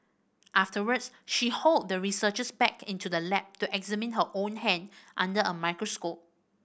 afterwards she hauled the researchers back into the lab to examine her own hand under a microscope